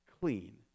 clean